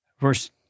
Verse